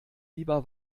lieber